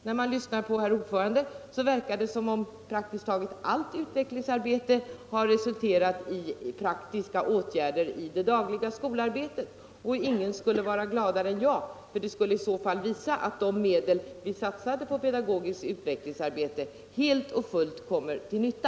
När man lyssnar på herr ordföranden i utskottet verkar det som om så gott som allt utvecklingsarbete har resulterat i praktiska åtgärder i det dagliga skolarbetet. Ingen skulle vara gladare än jag om så vore fallet; det skulle i så fall visa att de medel som vi satsat på pedagogiskt utvecklingsarbete helt och fullt kommit till nytta.